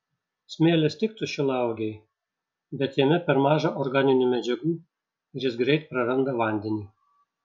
smėlis tiktų šilauogei bet jame per maža organinių medžiagų ir jis greit praranda vandenį